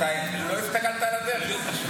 אתה לא הסתכלת על הדרך.